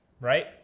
right